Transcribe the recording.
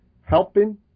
helping